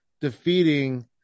defeating